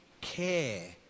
care